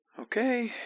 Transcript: Okay